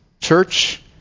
church